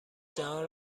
جهان